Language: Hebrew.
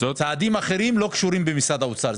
צעדים אחרים לא קשורים למשרד האוצר.